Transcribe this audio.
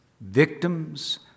victims